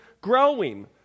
growing